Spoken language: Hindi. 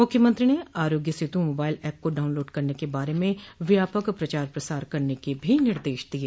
मुख्यमंत्री ने आरोग्य सेतू मोबाइल ऐप को डाउनलोड करने के बारे में व्यापक प्रचार प्रसार करने के भी निर्देश दिये